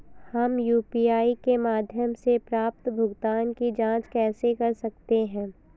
हम यू.पी.आई के माध्यम से प्राप्त भुगतान की जॉंच कैसे कर सकते हैं?